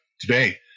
today